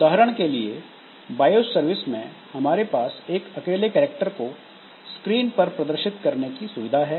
उदाहरण के लिए बायोस सर्विस में हमारे पास एक अकेले कैरेक्टर को स्क्रीन पर प्रदर्शित करने की सुविधा है